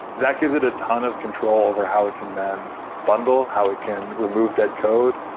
that gives it a ton of control over how it can then bundle. how it can remove dead code.